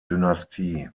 dynastie